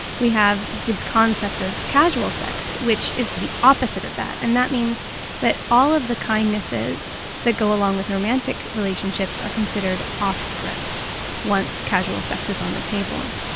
we have this concept of casual sex, which is the opposite of that. and that means that all of the kindnesses that go along with romantic relationships are considered off script once casual sex is on the table.